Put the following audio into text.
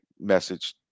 message